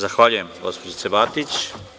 Zahvaljujem, gospođice Batić.